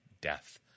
death